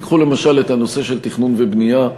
קחו למשל את הנושא של תכנון ובנייה,